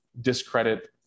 discredit